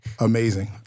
Amazing